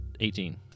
18